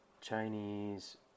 Chinese